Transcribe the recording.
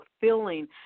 fulfilling